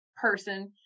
person